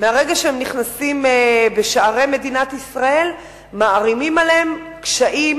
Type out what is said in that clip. מהרגע שהם נכנסים בשערי מדינת ישראל מערימים עליהם קשיים,